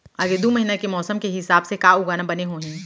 आगे दू महीना के मौसम के हिसाब से का उगाना बने होही?